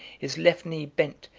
his left knee bent,